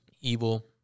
evil